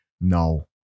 No